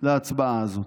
להצבעה הזאת.